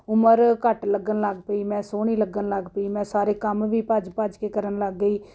ਉਮਰ ਘੱਟ ਲੱਗਣ ਲੱਗ ਪਈ ਮੈਂ ਸੋਹਣੀ ਲੱਗਣ ਲੱਗ ਪਈ ਮੈਂ ਸਾਰੇ ਕੰਮ ਵੀ ਭੱਜ ਭੱਜ ਕੇ ਕਰਨ ਲੱਗ ਗਈ